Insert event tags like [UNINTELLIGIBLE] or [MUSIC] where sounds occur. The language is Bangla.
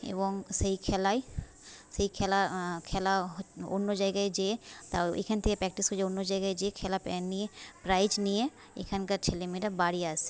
এবং সেই খেলাই সেই খেলা খেলা [UNINTELLIGIBLE] অন্য জায়গায় যেয়ে তাও এখান থেকে প্রাকটিস হয়ে যে অন্য জায়গায় যেয়ে খেলা নিয়ে প্রাইজ নিয়ে এখানকার ছেলে মেয়েরা বাড়ি আসে